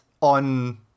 on